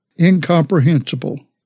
Incomprehensible